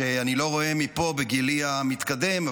אני לא רואה מפה בגילי המתקדם,